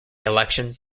election